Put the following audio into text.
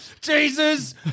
Jesus